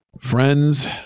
friends